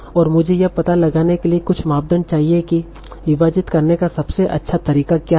और मुझे यह पता लगाने के लिए कुछ मापदंड चाहिए कि विभाजित करने का सबसे अच्छा तरीका क्या है